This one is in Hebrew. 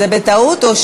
זה בטעות?